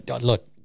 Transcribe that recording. Look